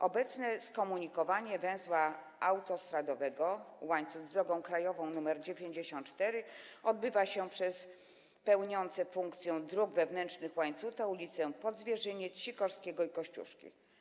Obecne skomunikowanie węzła autostradowego Łańcut z drogą krajową nr 94 możliwe jest przez pełniące funkcję dróg wewnętrznych Łańcuta ul. Podzwierzyniec, Sikorskiego i Kościuszki.